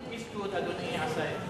גם קלינט איסטווד, אדוני, עשה את זה.